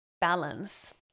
balance